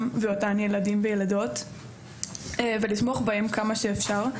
ילדים וילדות ולתמוך בהם כמה שאפשר,